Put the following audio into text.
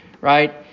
right